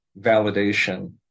validation